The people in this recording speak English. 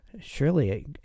Surely